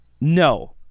No